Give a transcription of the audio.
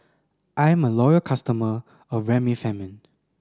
I'm a loyal customer of Remifemin